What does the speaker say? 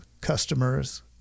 customers